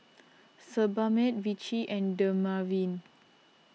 Sebamed Vichy and Dermaveen